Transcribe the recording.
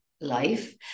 life